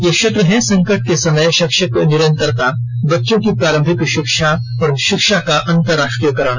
ये क्षेत्र हैं संकट के समय शैक्षिक निरंतरता बच्चों की प्रारंभिक शिक्षा और शिक्षा का अंतर्राष्ट्रीयकरण